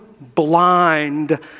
blind